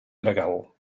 gregal